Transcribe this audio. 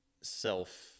self